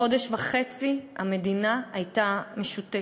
חודש וחצי המדינה הייתה משותקת.